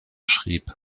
schrieb